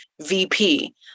VP